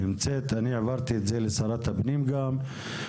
אני העברתי את זה לשרת הפנים גם.